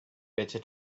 better